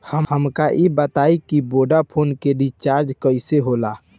हमका ई बताई कि वोडाफोन के रिचार्ज कईसे होला?